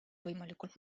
võimalikult